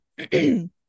Okay